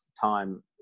time